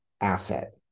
asset